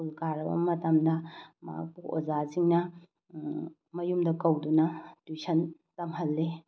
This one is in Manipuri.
ꯁ꯭ꯀꯨꯜ ꯀꯥꯔꯕ ꯃꯇꯝꯗ ꯃꯍꯥꯛꯄꯨ ꯑꯣꯖꯥꯁꯤꯡꯅ ꯃꯌꯨꯝꯗ ꯀꯧꯗꯨꯅ ꯇ꯭ꯌꯨꯁꯟ ꯇꯝꯍꯜꯂꯤ